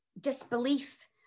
disbelief